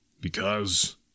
Because